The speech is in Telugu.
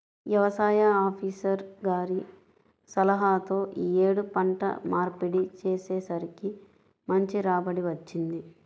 యవసాయ ఆపీసర్ గారి సలహాతో యీ యేడు పంట మార్పిడి చేసేసరికి మంచి రాబడి వచ్చింది